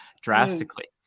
drastically